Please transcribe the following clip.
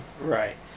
Right